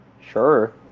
Sure